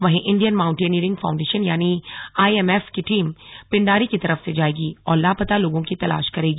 वहीं Indian mountaineering foundation यानी IMF की टीम पिंडारी की तरफ से जाएगी और लापता लोगों की तलाश करेगी